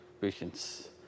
patients